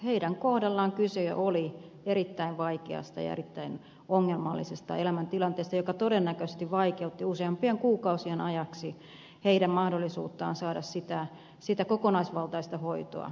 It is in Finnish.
heidän kohdallaan kyse oli erittäin vaikeasta ja erittäin ongelmallisesta elämäntilanteesta joka todennäköisesti vaikeutti useampien kuukausien ajan heidän mahdollisuuttaan saada heidän tarvitsemaansa kokonaisvaltaista hoitoa